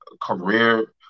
career